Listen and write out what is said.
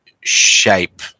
shape